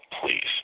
please